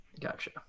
gotcha